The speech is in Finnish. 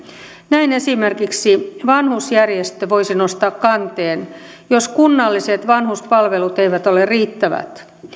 näin esimerkiksi vanhusjärjestö voisi nostaa kanteen jos kunnalliset vanhuspalvelut eivät ole riittävät